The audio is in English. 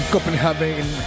Copenhagen